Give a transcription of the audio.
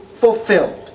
fulfilled